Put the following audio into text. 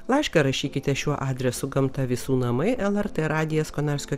laišką rašykite šiuo adresu gamta visų namai lrt radijas konarskio